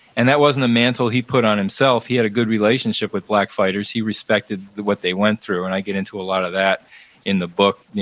and that wasn't a mantle he put on himself. he had a good relationship with black fighters. he respected what they went through, and i get into a lot of that in the book,